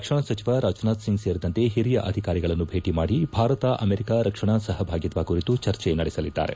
ರಕ್ಷಣಾ ಸಚಿವ ರಾಜನಾಥ್ ಸಿಂಗ್ ಸೇರಿದಂತೆ ಹಿರಿಯ ಅಧಿಕಾರಿಗಳನ್ನು ಭೇಟ ಮಾಡಿ ಭಾರತ ಅಮೆರಿಕ ರಕ್ಷಣಾ ಸಹಭಾಗಿತ್ವ ಕುರಿತು ಚರ್ಚೆ ನಡೆಸಲಿದ್ದಾರೆ